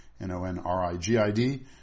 N-O-N-R-I-G-I-D